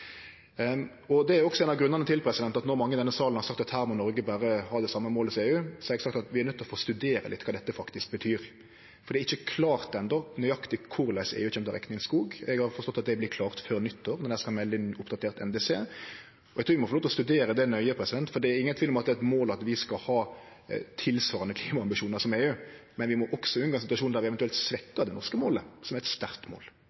Det er også ein av grunnane til at når mange i denne salen har sagt at her må Noreg berre ha det same målet som EU, har eg sagt at vi er nøydde til å studere litt kva dette faktisk betyr, for det er ikkje klart enno nøyaktig korleis EU kjem til å rekne inn skog. Eg har forstått at det vert klart før nyttår, når dei skal melde inn oppdatert NDC. Eg trur vi må få lov til å studere det nøye, for det er ingen tvil om at det er eit mål at vi skal ha tilsvarande klimaambisjonar som EU. Men vi må også unngå ein situasjon der vi eventuelt svekkjer det norske målet, som er eit sterkt mål.